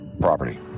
property